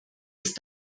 ist